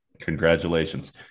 congratulations